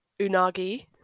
unagi